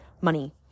money